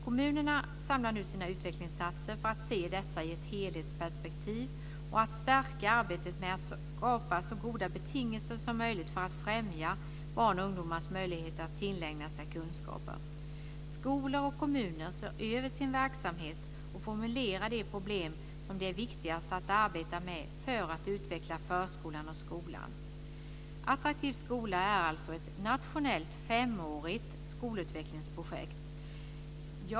Kommunerna samlar nu sina utbildningsinsatser för att se dessa i helhetsperspektiv och för att stärka arbetet med att skapa så goda betingelser som möjligt för att främja barns och ungdomars möjligheter att tillägna sig kunskaper. Skola och kommuner ser nu över sin verksamhet och formulerar de problem som det är viktigast att arbeta med för att utveckla förskolan och skolan. Attraktiv skola är alltså ett nationellt femårigt skolutvecklingsprojekt.